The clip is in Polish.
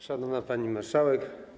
Szanowna Pani Marszałek!